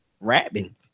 rapping